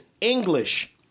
English